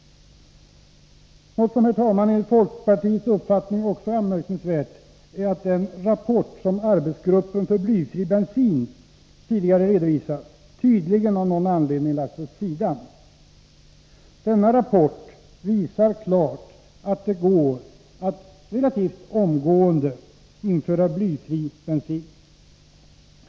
Något som enligt folkpartiets uppfattning, herr talman, också är anmärkningsvärt är att den rapport som arbetsgruppen för blyfri bensin tidigare redovisat tydligen av någon anledning har lagts åt sidan. Denna rapport visar klart att det går att relativt omgående införa blyfri bensin.